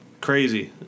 Crazy